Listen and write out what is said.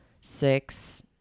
six